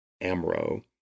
Amro